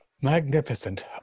magnificent